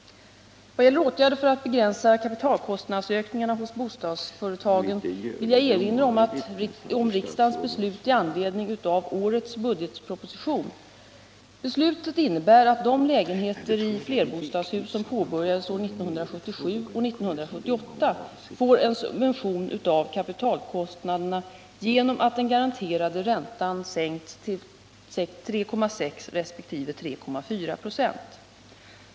Vad gäller åtgärder för att begränsa kapitalkostnadsökningarna hos bostadsföretagen vill jag erinra om riksdagens beslut i anledning av årets budgetproposition . Beslutet innebär att de lägenheter i flerbostadshus som påbörjas år 1977 och 1978 får en subvention av kapitalkostnaderna genom att den garanterade räntan sänks till 3,6 resp. 3,4 26.